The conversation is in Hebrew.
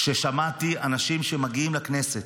כששמעתי אנשים שמגיעים לכנסת,